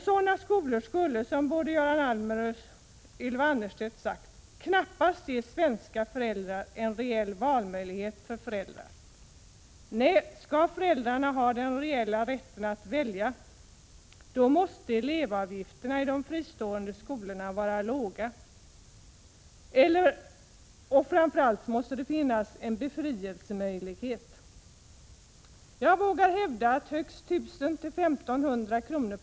Sådana skolor skulle, som både Göran Allmér och Ylva Annerstedt har sagt, knappast ge svenska föräldrar en reell valfrihet. Nej, skall föräldrarna ha en reell rätt att välja, måste elevavgifterna i de fristående skolorna vara låga. Dessutom måste det finnas en möjlighet till befrielse. Jag vågar hävda att högst 1 000 kr. —1 500 kr.